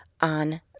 on